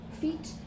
feet